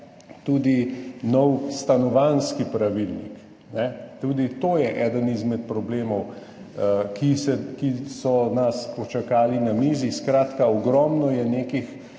tudi nov stanovanjski pravilnik. Tudi to je eden izmed problemov, ki so nas počakali na mizi. Skratka, ogromno je nekih